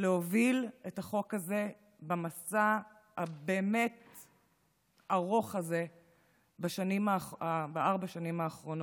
להוביל את החוק הזה במסע הבאמת-ארוך הזה בארבע השנים האחרונות.